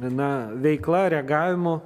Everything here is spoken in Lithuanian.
viena veikla reagavimu